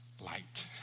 light